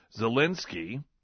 Zelensky